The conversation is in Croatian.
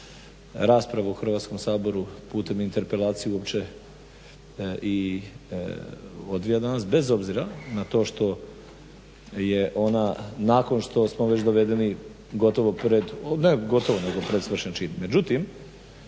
rasprava u Hrvatskom saboru putem interpelacije uopće i odvija danas bez obzira na to što je ona, nakon što smo već dovedeni gotovi, ne gotovo nego pred svršen čin. Međutim,